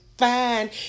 Fine